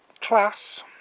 class